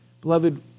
Beloved